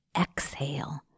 exhale